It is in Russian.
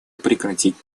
прекратить